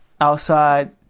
outside